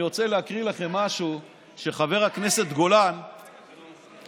אני רוצה להקריא לכם משהו שחבר הכנסת גולן כתב,